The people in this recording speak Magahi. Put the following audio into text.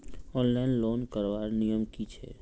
ऑनलाइन लोन करवार नियम की छे?